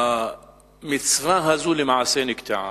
גם המצווה הזאת למעשה נקטעה,